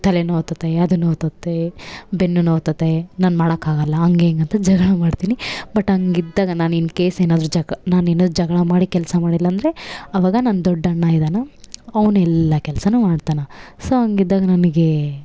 ತಲೆ ನೋತತೆ ಅದು ನೋತತೆ ಬೆನ್ನು ನೋತತೆ ನಾನು ಮಾಡೋಕ್ಕಾಗಲ್ಲ ಹಂಗೆ ಹಿಂಗೆ ಅಂತ ಜಗಳ ಮಾಡ್ತೀನಿ ಬಟ್ ಹಂಗ್ ಇದ್ದಾಗ ನಾನು ಇನ್ ಕೇಸ್ ಏನಾದರು ಜಗ ನಾನು ಏನಾದರು ಜಗಳ ಮಾಡಿ ಕೆಲಸ ಮಾಡಿಲ್ಲ ಅಂದರೆ ಅವಾಗ ನನ್ನ ದೊಡ್ಡಣ್ಣ ಇದನ್ನ ಅವ್ನು ಎಲ್ಲ ಕೆಲ್ಸ ಮಾಡ್ತಾನೆ ಸೋ ಹಂಗಿದ್ದಾಗ ನನಗೆ